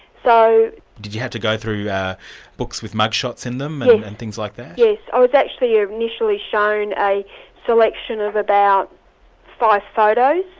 so did you have to go through yeah books with mug shots in them and things like that? yes. i was actually ah initially shown a selection of about five photos,